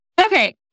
okay